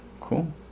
Cool